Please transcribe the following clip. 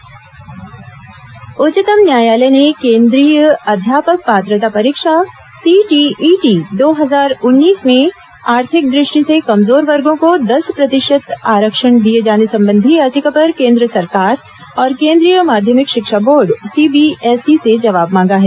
supreme court अध्यापक पात्रता उच्चतम न्यायालय ने केन्द्रीय अध्यापक पात्रता परीक्षा सीटीईटी दो हजार उन्नीस में आर्थिक दृष्टि से कमजोर वर्गो को दस प्रतिशत आरक्षण दिये जाने संबंधी याचिका पर केन्द्र सरकार और केन्द्रीय माध्यमिक शिक्षा बोर्ड सीबीएसई से जवाब मांगा है